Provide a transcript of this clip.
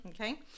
okay